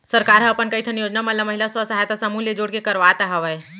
सरकार ह अपन कई ठन योजना मन ल महिला स्व सहायता समूह ले जोड़ के करवात हवय